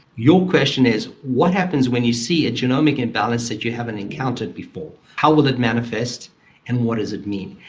your question is what happens when you see a genomic imbalance that you haven't encountered before, how will it manifest and what does it mean?